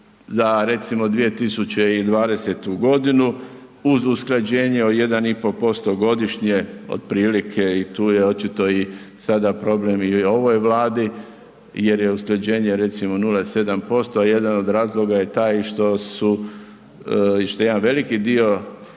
za recimo 2020.g. uz usklađenje od 1,5% godišnje otprilike i tu je očito i sada problem i ovoj Vladi jer je usklađenje recimo 0,7%, a jedan od razloga je i taj što su, što je jedan veliki dio